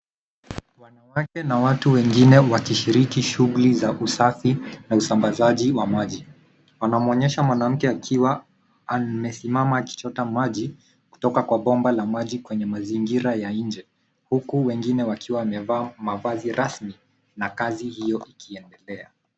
wanawake na watu wengine wakishiriki shuguli za usafi na usambazaji wa maji. Wanamwonyesha mwanake akiwa amesimama akichota maji kutoka kwa bomba la maji kwenye mazingira ya nje, huku wengine wakiwa wamevaa mavazi rasmi na kazi hiyo ikiendelea.